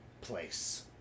place